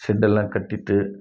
செட்டெல்லாம் கட்டிகிட்டு